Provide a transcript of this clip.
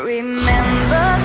Remember